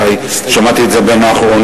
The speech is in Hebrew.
אולי שמעתי את זה בין האחרונים,